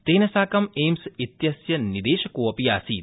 तेन साकं एम्स इत्यस्य निदेशकोऽपि आसीत्